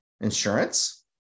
Insurance